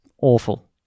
Awful